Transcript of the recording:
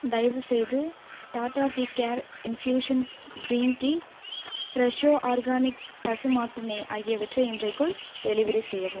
தயவுசெய்து Tata tea care infusion green tea Fresho organic பசு மாட்டு நெய் ஆகியவற்றை இன்றைக்குள் டெலிவெரி செய்யவும்